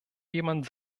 jemand